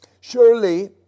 Surely